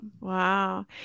wow